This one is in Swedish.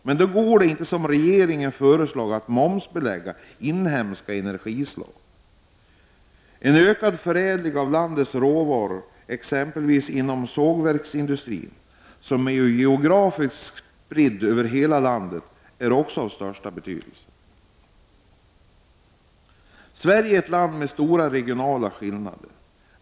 Men då går det inte, som regeringen föreslår, att momsbelägga inhemska energislag. En ökad förädling av landets råvaror, exempelvis inom sågverksindustrin som är spridd över hela landet, är också av största betydelse. Sverige är ett land med stora regionala skillnader.